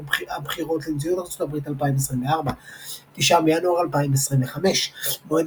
הבחירות לנשיאות ארצות הברית 2024. 9 בינואר 2025 מועד